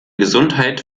gesundheit